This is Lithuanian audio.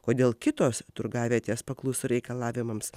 kodėl kitos turgavietės pakluso reikalavimams